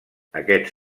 aquests